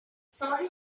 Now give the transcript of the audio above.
sorry